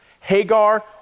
Hagar